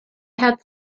had